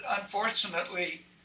unfortunately